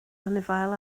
anifail